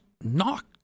knock